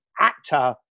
actor